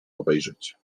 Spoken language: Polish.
obejrzeć